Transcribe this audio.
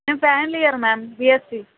నేను final year ma'am BSc